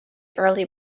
early